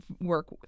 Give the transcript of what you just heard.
work